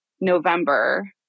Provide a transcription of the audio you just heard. November